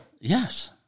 Yes